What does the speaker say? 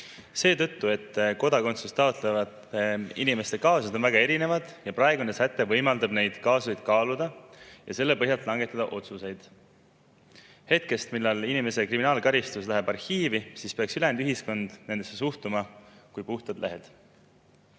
seetõttu, et kodakondsust taotlevate inimeste kaasused on väga erinevad. Praegune säte võimaldab neid kaasuseid kaaluda ja selle põhjal langetada otsuseid. Hetkest, millal inimese kriminaalkaristus läheb arhiivi, peaks ülejäänud ühiskond temasse suhtuma kui puhtasse lehte.